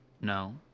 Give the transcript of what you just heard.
No